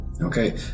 Okay